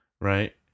right